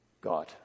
God